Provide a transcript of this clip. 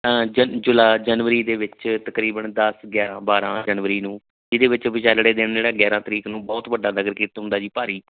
ਹਾਂ ਜਨ ਜੁਲਾ ਜਨਵਰੀ ਦੇ ਵਿੱਚ ਤਕਰੀਬਨ ਦਸ ਗਿਆਰਾਂ ਬਾਰਾਂ ਜਨਵਰੀ ਨੂੰ ਜਿਹਦੇ ਵਿੱਚ ਵਿਚਾਲੜੇ ਦਿਨ ਜਿਹੜਾ ਗਿਆਰਾਂ ਤਰੀਕ ਨੂੰ ਬਹੁਤ ਵੱਡਾ ਨਗਰ ਕੀਰਤਨ ਹੁੰਦਾ ਜੀ ਭਾਰੀ